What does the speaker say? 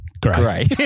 great